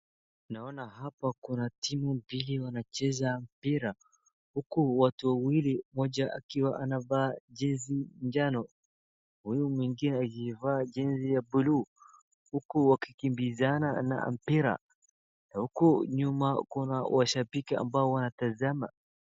Naona hapa Kuna timu mbili wanacheza mpira huku watu wawili mmoja akiwa anavaa jezi njano huyu mwingine akivaa jezi ya blue huku wakikimbizana na mpira huku nyuma Kuna washambiki ambao wanatazama